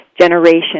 generation